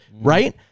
right